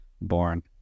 born